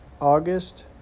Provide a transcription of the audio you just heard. August